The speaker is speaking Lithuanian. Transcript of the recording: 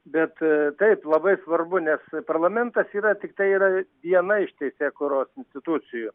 bet taip labai svarbu nes parlamentas yra tiktai yra viena iš teisėkūros institucijų